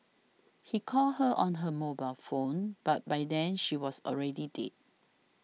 he called her on her mobile phone but by then she was already dead